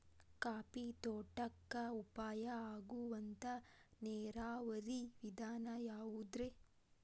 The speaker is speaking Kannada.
ಕಾಫಿ ತೋಟಕ್ಕ ಉಪಾಯ ಆಗುವಂತ ನೇರಾವರಿ ವಿಧಾನ ಯಾವುದ್ರೇ?